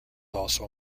also